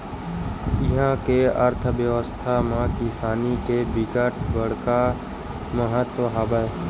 इहा के अर्थबेवस्था म किसानी के बिकट बड़का महत्ता हवय